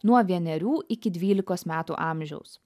nuo vienerių iki dvylikos metų amžiaus